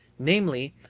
namely,